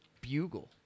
bugle